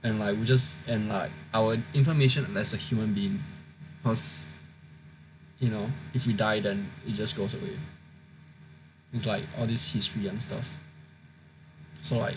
and like we just and like our information as a human being cause you know if we died and it just goes away it's like all this history and stuff so like